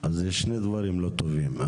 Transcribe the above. אז זה שני דברים לא טובים.